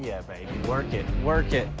yeah, baby. work it. work it.